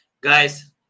guys